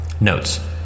Notes